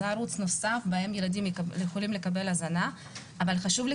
זה ערוץ נוסף בהם ילדים יכולים לקבל הזנה אבל חשוב לי